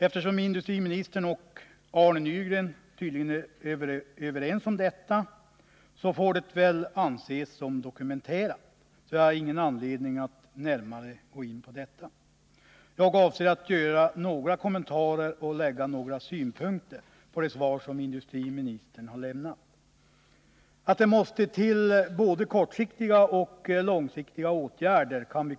Eftersom industriministern och Arne Nygren tydligen är överens om detta, får det väl anses som dokumenterat, varför jag inte har någon anledning att närmare gå in på saken. Jag avser emellertid att göra några kommentarer till och anlägga några synpunkter på det lämnade svaret. Vi kan kanske vara överens om att det måste till både kortsiktiga och långsiktiga åtgärder.